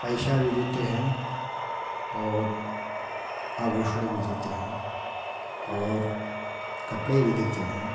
पैसा भी देते हैं और आभूषण भी देते हैं और कपड़े भी देते हैं